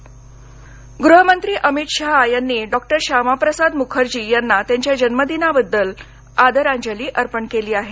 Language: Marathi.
अमित शाह गृहमंत्री अमित शाह यांनी डॉक्टर शामाप्रसाद मुखर्जी यांना त्यांच्या जन्मदिनाबद्दल आदरांजली अर्पण केली आहे